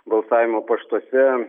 balsavimo paštuose